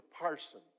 parson